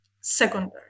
secondary